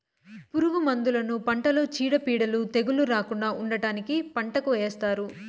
పురుగు మందులను పంటలో చీడపీడలు, తెగుళ్ళు రాకుండా ఉండటానికి పంటకు ఏస్తారు